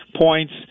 points